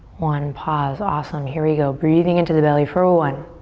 one. pause, awesome. here we go, breathing into the belly for one,